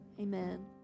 amen